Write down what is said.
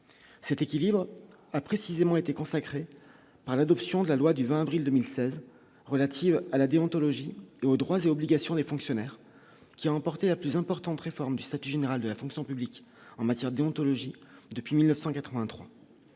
c'est équilibré a précisément été consacrée à l'adoption de la loi du 20 avril 2016 relatives à la déontologie et aux droits et obligations des fonctionnaires qui a emporté la plus importante réforme du statut général de la fonction publique en matière déontologique depuis 1983